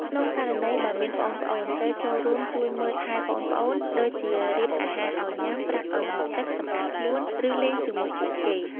ក្នុងករណីបើមានប្អូនៗ ត្រូវចូលរួមជួយមើលថែប្អូនៗ ដូចជារៀបអាហារឱ្យញុំា ប្រាប់ឲ្យងូតទឹក សម្អាតខ្លួន ឬលេងជាមួយពួកគេ។